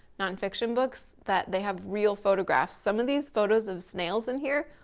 non-fiction books that they have real photographs. some of these photos of snails in here,